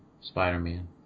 Spider-Man